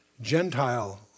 Gentile